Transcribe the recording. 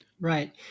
Right